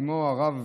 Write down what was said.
כמו הרב